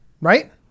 right